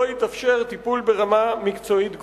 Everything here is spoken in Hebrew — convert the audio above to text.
ולא יתאפשר טיפול ברמה מקצועית גבוהה.